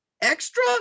extra